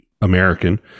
American